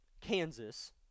Kansas